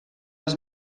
els